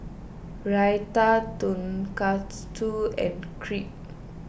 Raita Tonkatsu and Crepe